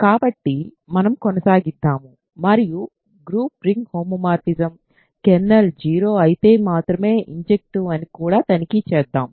కాబట్టి మనం కొనసాగిద్దాము మరియు గ్రూప్ రింగ్ హోమోమార్ఫిజం కెర్నల్ 0 అయితే మాత్రమే ఇంజెక్టివ్ అని కూడా తనిఖీ చేద్దాం